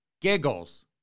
Giggles